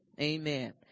Amen